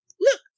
Look